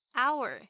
hour